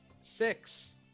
Six